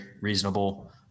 reasonable